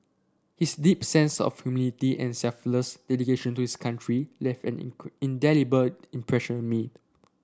his deep sense of humility and selfless dedication to his country left an indelible impression me